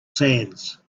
sands